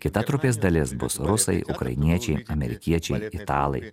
kita trupės dalis bus rusai ukrainiečiai amerikiečiai italai